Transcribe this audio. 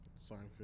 Seinfeld